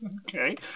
Okay